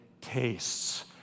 tastes